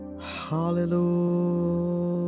Hallelujah